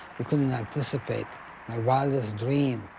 we couldn't anticipate my wildest dream.